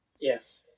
yes